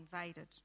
invaded